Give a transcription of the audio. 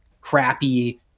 crappy